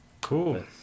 Cool